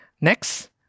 Next